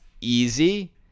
easy